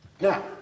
Now